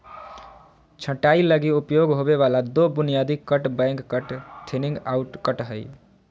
छंटाई लगी उपयोग होबे वाला दो बुनियादी cut back cut, thinning out cut हइ